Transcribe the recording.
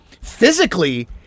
physically